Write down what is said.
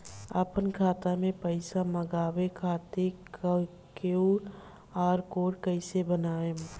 आपन खाता मे पैसा मँगबावे खातिर क्यू.आर कोड कैसे बनाएम?